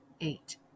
eight